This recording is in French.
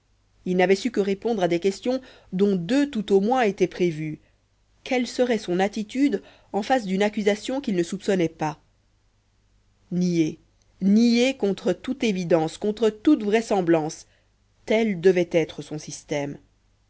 il n'avait su que répondre à des questions dont deux tout au moins étaient prévues quelle serait son attitude en face d'une accusation qu'il ne soupçonnait pas nier nier contre toute évidence contre toute vraisemblance tel devait être son système